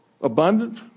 abundant